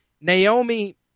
Naomi